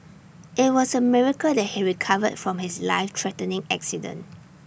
IT was A miracle that he recovered from his life threatening accident